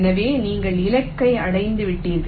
எனவே நீங்கள் இலக்கை அடைந்துவிட்டீர்கள்